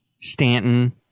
Stanton